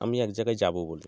আমি এক জায়গায় যাব বলে